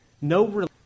No